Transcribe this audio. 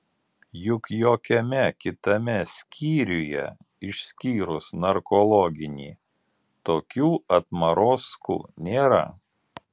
juk jokiame kitame skyriuje išskyrus narkologinį tokių atmarozkų nėra